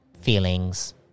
feelings